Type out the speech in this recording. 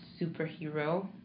superhero